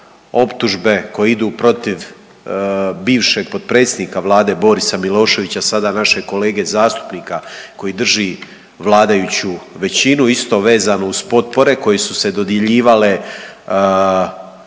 optužbe koje idu protiv bivšeg potpredsjednika Vlade Borisa Miloševića sada našeg kolege zastupnika koji drži vladajuću većinu isto vezano uz potpore koje su se dodjeljivale